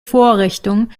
vorrichtung